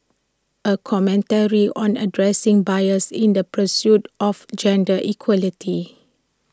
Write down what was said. A commentary on addressing bias in the pursuit of gender equality